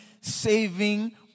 saving